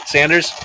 Sanders